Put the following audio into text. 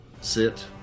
sit